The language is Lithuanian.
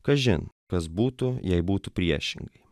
kažin kas būtų jei būtų priešingai